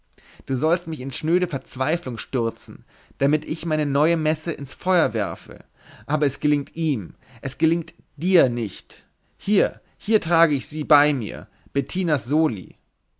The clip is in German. du sollst mich in schnöde verzweiflung stürzen damit ich meine neue messe ins feuer werfe aber es gelingt ihm es gelingt dir nicht hier hier trage ich sie bei mir bettinas soli